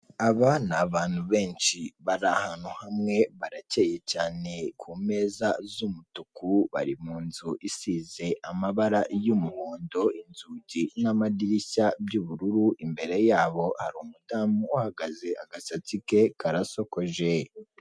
Nutega ikinyabiziga cya moto uzibuke kwambara ingofero kuko irinda umutwe kandi n'umuyaga ntabwo ukwica, wibutse no kubwira motari ko atemerewe kuvugira kuri telefone igihe atwaye.